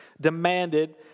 demanded